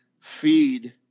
feed